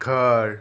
घर